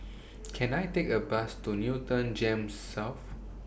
Can I Take A Bus to Newton Gems South